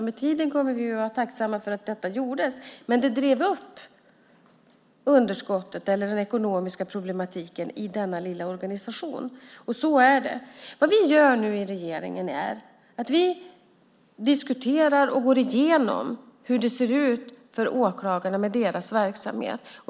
Med tiden kommer vi att vara tacksamma för att detta gjordes, men det drev upp underskottet eller den ekonomiska problematiken i denna lilla organisation. Så är det. Nu diskuterar vi i regeringen och går igenom hur det ser ut för åklagarna med deras verksamhet.